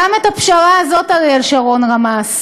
גם את הפשרה הזאת אריאל שרון רמס,